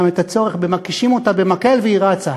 את הצורך ב"מכישים אותה במקל והיא רצה",